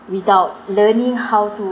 without learning how to